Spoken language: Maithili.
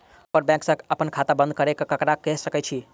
हम अप्पन बैंक सऽ अप्पन खाता बंद करै ला ककरा केह सकाई छी?